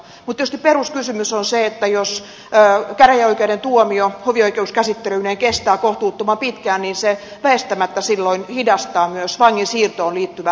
mutta tietysti peruskysymys on se että jos käräjäoikeuden tuomio hovioikeuskäsittelyineen kestää kohtuuttoman pitkään niin se väistämättä silloin hidastaa myös vangin siirtoon liittyvää päätöksentekoa